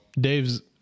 Dave's